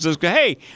Hey